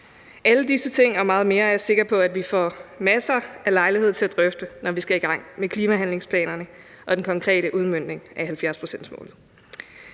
Alle disse ting og meget mere er jeg sikker på at vi får masser af lejlighed til at drøfte, når vi skal i gang med klimahandlingsplanerne og den konkrete udmøntning af 70-procentsmålet.